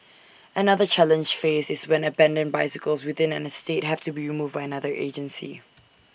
another challenge faced is when abandoned bicycles within an estate have to be removed by another agency